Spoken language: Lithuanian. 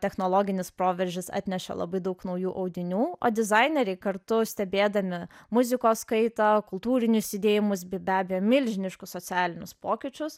technologinis proveržis atnešė labai daug naujų audinių o dizaineriai kartu stebėdami muzikos kaitą kultūrinius judėjimus bei be abejo milžiniškus socialinius pokyčius